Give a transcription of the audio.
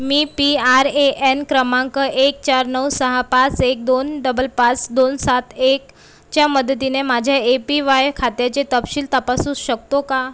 me P R A N क्रमांक एक चार नऊ सहा पाच एक दोन डबल पाच दोन सात एकच्या मदतीने माझ्या ए पी वाय खात्याचे तपशील तपासू शकतो का